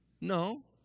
No